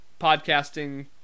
podcasting